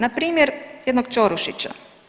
Na primjer jednog Čorušića.